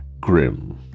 grim